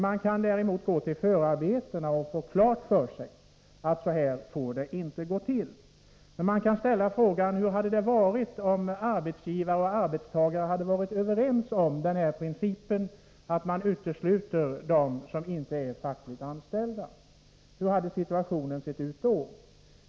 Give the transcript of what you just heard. Man kan däremot gå till förarbetena och få klart för sig att det inte får gå till så här. Man kan ställa frågan: Hur hade situationen varit om arbetsgivare och arbetstagare varit överens om principen att utesluta dem som inte är fackligt anslutna?